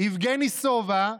יבגני סובה,